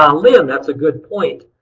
um lynn that's a good point.